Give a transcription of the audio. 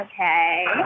Okay